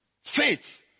Faith